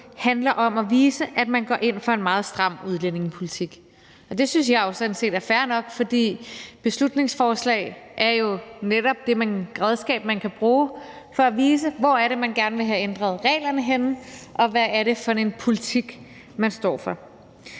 handler om at vise, at man går ind for en meget stram udlændingepolitik. Det synes jeg jo sådan set er fair nok, for beslutningsforslag er jo netop det redskab, man kan bruge for at vise, hvor det er, man gerne vil have ændret reglerne henne, og hvad det er for